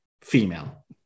female